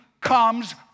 comes